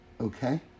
okay